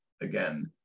again